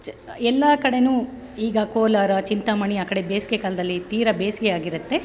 ಚ ಎಲ್ಲ ಕಡೆಯೂ ಈಗ ಕೋಲಾರ ಚಿಂತಾಮಣಿ ಆ ಕಡೆ ಬೇಸಿಗೆ ಕಾಲದಲ್ಲಿ ತೀರ ಬೇಸಿಗೆ ಆಗಿರುತ್ತೆ